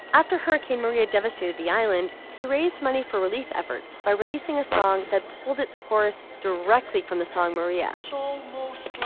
after hurricane maria devastated the island he raised money for relief efforts by releasing a song that pulled its course directly from the song maria. while so most